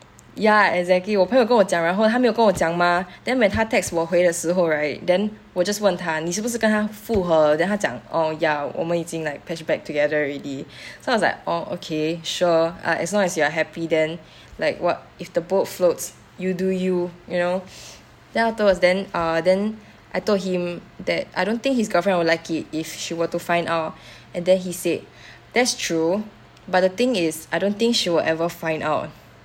ya exactly 我朋友跟我讲然后他没有跟我讲 mah then when 他 text 我回的时候 right then 我 just 问他你是不是跟她复合 then 他讲 orh ya 我们已经 like patch back together already so I was like orh okay sure uh as long as you are happy then like what if the boat floats you do you you know then afterwards then uh then I told him that I don't think his girlfriend would like it if she were to find out and then he said that's true but the thing is I don't think she will ever find out